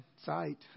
sight